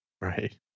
Right